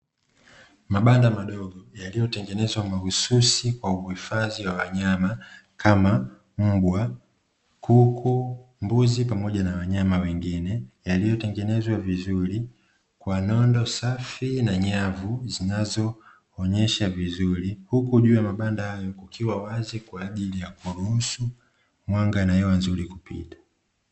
Mabanda madogo yaliyotengenezwa mahususi kwa uhifadhi wa wanyama kama; mbwa, kuku, mbuzi pamoja na wanyama wengine yaliyotengenezwa vizuri kwa nondo safi na nyavu zinazoonyesha vizuri huku juu ya mabanda hayo kukiwa wazi kwaajili kuwaruhusu mwanga na hewa nzuri kupita.